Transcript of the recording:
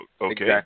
Okay